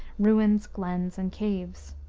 ruins, glens, and caves.